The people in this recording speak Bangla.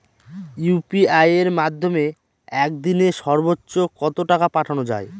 ইউ.পি.আই এর মাধ্যমে এক দিনে সর্বচ্চ কত টাকা পাঠানো যায়?